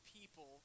people